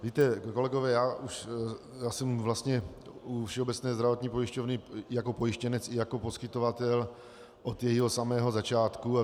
Víte, kolegové, já jsem vlastně u Všeobecné zdravotní pojišťovny jako pojištěnec i jako poskytovatel od jejího samého začátku.